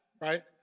right